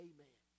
Amen